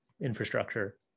infrastructure